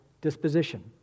disposition